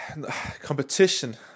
competition